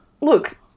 Look